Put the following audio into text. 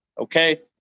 Okay